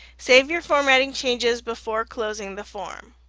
save your formatting changes before closing the form.